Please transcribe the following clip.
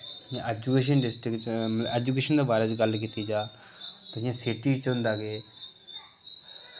जि'यां education district च education दे बारे च गल्ल कीती जा जि'यां सिटी च होंदा कि